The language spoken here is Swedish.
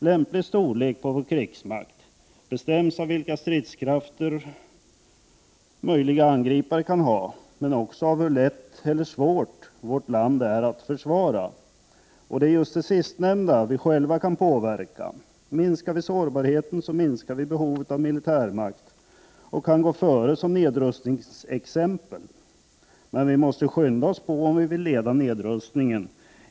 Lämplig storlek på vår krigsmakt bestäms av vilka stridskrafter möjliga angripare har, men också av hur lätt eller svårt vårt land är att försvara. Och det är just det sistnämnda vi själva kan påverka. Minskar vi sårbarheten, så minskar vi behovet av militärmakt och kan gå före som nedrustningsexempel. Men vi måste skynda oss på om vi vill leda nedrustningen.